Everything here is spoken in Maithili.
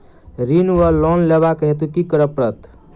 ऋण वा लोन लेबाक हेतु की करऽ पड़त?